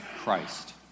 Christ